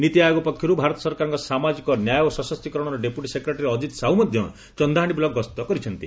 ନୀତି ଆୟୋଗ ପକ୍ଷରୁ ଭାରତ ସରକାରଙ୍କ ସାମାଜିକ ନ୍ୟାୟ ଓ ଶସକ୍ତିକରଣର ଡେପୁଟୀ ସେକ୍ରେଟାରୀ ଅଜିତ୍ ସାହୁ ମଧ୍ଧ ଚନ୍ଦାହାଣ୍ଡି ବ୍ଲକ ଗସ୍ତ କରିଛନ୍ତି